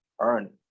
earn